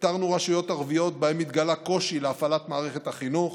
איתרנו רשויות ערביות שבהן התגלה קושי בהפעלת מערכת החינוך